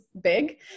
big